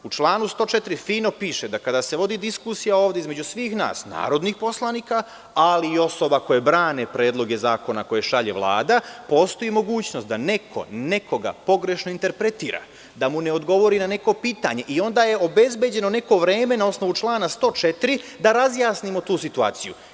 U članu 104. fino piše da kada se vodi diskusija ovde između svih nas narodnih poslanika, ali i osoba koje brane predloge zakona koje šalje Vlada, postoji mogućnost da neko nekoga pogrešno interpretira, da mu ne odgovori na neko pitanje i onda je obezbeđeno neko vreme na osnovu člana 104. da razjasnimo tu situaciju.